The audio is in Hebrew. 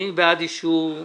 אני לא מסכים.